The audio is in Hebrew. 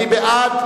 מי בעד?